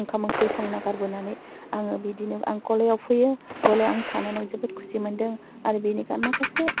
ओंखाम ओंख्रि संना गारबोनानै आङो बिदिनो आं गलायाव फैयो गलायाव आं थानानै जोबोद खुसि मोन्दों आरो बिनिबा माखासे